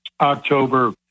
October